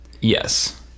Yes